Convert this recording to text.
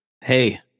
Hey